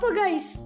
guys